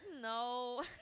no